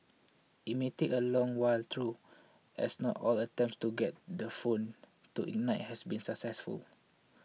it may take a long while through as not all attempts to get the phone to ignite has been successful